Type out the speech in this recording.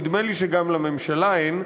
נדמה לי שגם לממשלה אין.